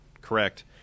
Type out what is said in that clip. correct